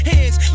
Hands